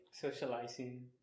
socializing